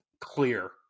clear